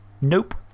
Nope